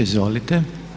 Izvolite.